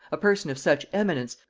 a person of such eminence,